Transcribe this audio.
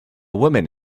woman